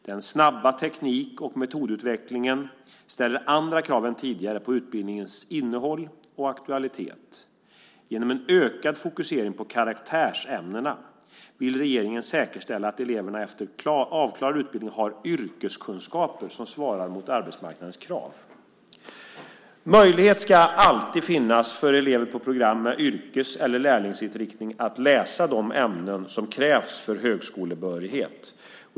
Den snabba teknik och metodutvecklingen ställer andra krav än tidigare på utbildningens innehåll och aktualitet. Genom en ökad fokusering på karaktärsämnena vill regeringen säkerställa att eleverna efter avklarad utbildning har yrkeskunskaper som svarar mot arbetsmarknadens krav. Möjlighet ska alltid finnas för elever på program med yrkes eller lärlingsinriktning att läsa de ämnen som krävs för högskolebehörighet.